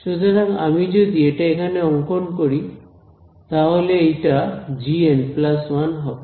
সুতরাং আমি যদি এটা এখানে অংকন করি তাহলে এইটা gn1 হবে